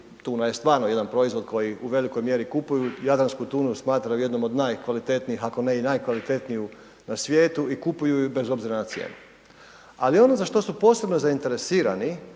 tuna je stvarno jedan proizvod koji u velikoj mjeri kupuju jadransku tunu i smatraju je jednim od najkvalitetnijih ako ne i najkvalitetniju na sviju i kupuju ju bez obzira na cijenu. Ali ono za što su posebno zainteresirani